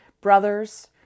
brothers